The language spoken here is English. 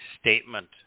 statement